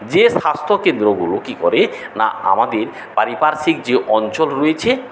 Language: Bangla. যে স্বাস্থ্য কেন্দ্রগুলো কী করে না আমাদের পারিপার্শ্বিক যে অঞ্চল রয়েছে